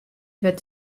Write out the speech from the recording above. wurdt